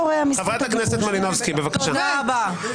חברת הכנסת מלינובסקי, בבקשה.